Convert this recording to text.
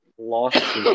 lost